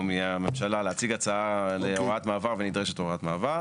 או מהממשלה להציג הצעה להוראת מעבר ונדרשת הוראת מעבר.